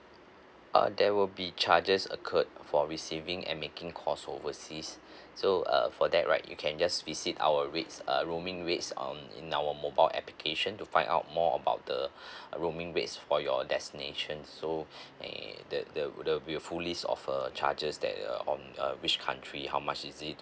uh there will be charges occurred for receiving and making calls overseas so uh for that right you can just visit our rates err roaming rates um in our mobile application to find out more about the roaming rates for your destination so eh that the there would be a full list of uh charges that uh on uh which country how much is it